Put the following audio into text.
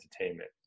entertainment